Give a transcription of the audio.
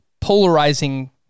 polarizing